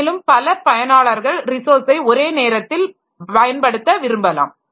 மேலும் பல பயனாளர்கள் ரிசோர்ஸை ஒரே நேரத்தில் பயன்படுத்த விரும்பலாம்